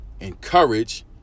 encourage